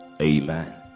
Amen